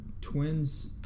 twins